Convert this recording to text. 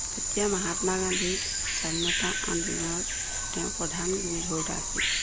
তেতিয়া মাহাত্মা গান্ধী স্বাধীনতা আন্দোলনত তেওঁ প্ৰধান গুৰি ধৰোতা আছিল